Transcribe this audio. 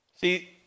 See